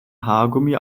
haargummi